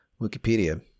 Wikipedia